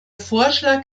vorschlag